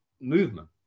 movement